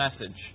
message